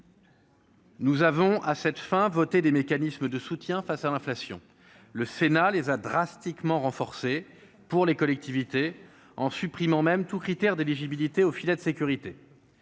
Nous avons à cette fin, voter des mécanismes de soutien face à l'inflation, le Sénat, les a drastiquement renforcée pour les collectivités en supprimant même tous critères d'éligibilité au filet de sécurité,